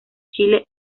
chile